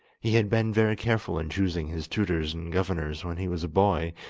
he had been very careful in choosing his tutors and governors when he was a boy,